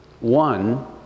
One